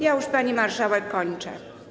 Już, pani marszałek, kończę.